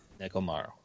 Nekomaru